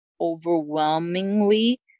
overwhelmingly